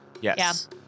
Yes